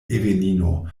evelino